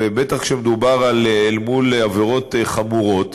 ובטח כשמדובר אל מול עבירות חמורות.